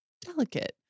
delicate